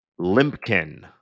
limpkin